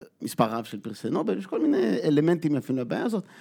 מספריו של פרס נובל יש כל מיני אלמנטים לפני הבעיה הזאת.